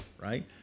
right